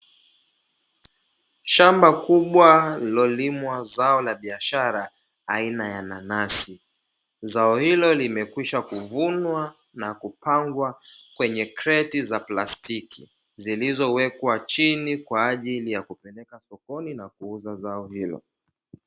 Shamba kubwa lililolimwa zao Ia biashara aina ya nanasi, zao hilo limekwisha kuvunwa na kupangwa kwenye kreti za plastiki zilizowekwa chini kwa ajili ya kupelekwa sokoni na kuuza zao hilo.